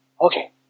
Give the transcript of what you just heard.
Okay